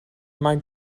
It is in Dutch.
mijn